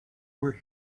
were